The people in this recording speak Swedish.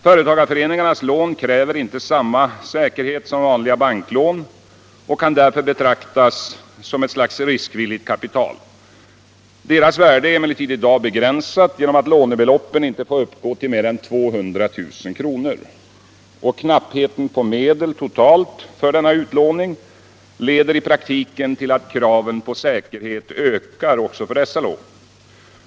Företagarföreningarnas lån kräver inte samma säkerhet som vanliga banklån och kan därför betraktas som ett slags riskvilligt kapital. Deras värde är emellertid i dag begränsat genom att lånebeloppet inte får uppgå till mer än 200 000 kr. Knappheten på medel totalt för denna utlåning leder i praktiken till att kraven på säkerhet för dessa lån ökar.